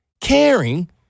caring